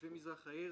לתושבי מרכז העיר.